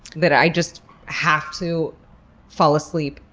that i just have to fall asleep,